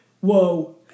Whoa